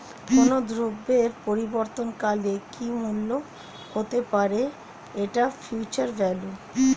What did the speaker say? কোনো দ্রব্যের পরবর্তী কালে কি মূল্য হতে পারে, সেটা ফিউচার ভ্যালু